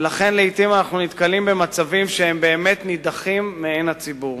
ולכן לעתים אנחנו נתקלים במצבים שהם באמת נדחים מעין הציבור.